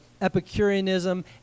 Epicureanism